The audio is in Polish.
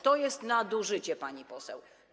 To jest nadużycie pani poseł.